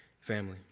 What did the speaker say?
family